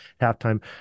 halftime